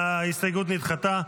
ההסתייגות נדחתה.